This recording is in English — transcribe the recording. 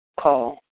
call